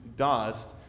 Dust